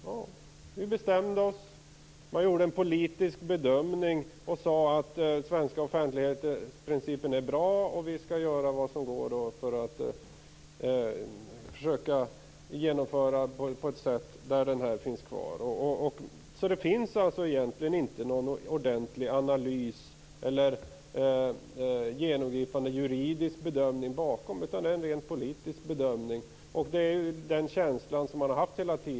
Vi bestämde oss. Vi gjorde en politisk bedömning och sade att den svenska offentlighetsprincipen är bra och att vi skall göra vad som går för att försöka genomföra detta på ett sådant sätt att den finns kvar. Det finns alltså egentligen inte någon ordentlig analys eller genomgripande juridisk bedömning bakom, utan det är en rent politisk bedömning. Det är den känslan som man hela tiden har haft.